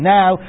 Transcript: now